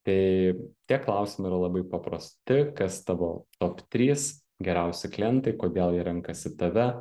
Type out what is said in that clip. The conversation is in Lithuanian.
tai tie klausimai yra labai paprasti kas tavo top trys geriausi klientai kodėl jie renkasi tave